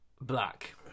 Black